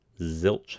zilch